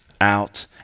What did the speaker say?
out